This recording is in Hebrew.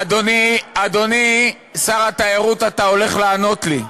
אדוני, אדוני, שר התיירות, אתה הולך לענות לי.